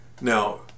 Now